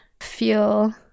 feel